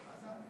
שלום.